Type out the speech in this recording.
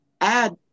Add